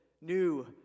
new